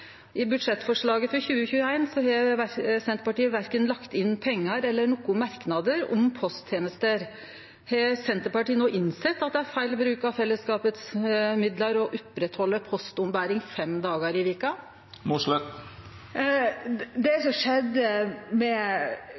i veka. I budsjettforslaget for 2021 har Senterpartiet verken lagt inn pengar eller hatt nokon merknader om posttenester. Har Senterpartiet no innsett at det er feil bruk av fellesskapets midlar å halde ved lag postombering fem dagar i veka? Det som skjedde med